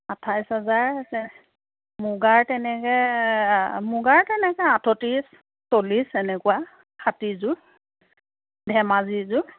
আঠইছ হাজাৰ আছে মূগাৰ তেনেকৈ মূগাৰ তেনেকৈ আঠত্ৰিছ চল্লিছ এনেকুৱা খাতিযোৰ ধেমাজিযোৰ